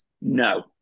No